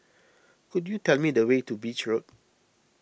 could you tell me the way to Beach Road